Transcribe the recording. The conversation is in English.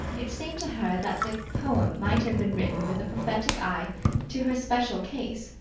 it seemed to her that the poem might have been written with a prophetic eye to her special case,